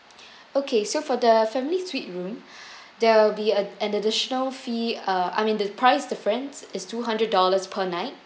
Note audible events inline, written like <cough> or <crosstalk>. <breath> okay so for the family suite room <breath> there will be a an additional fee uh I mean the price difference is two hundred dollars per night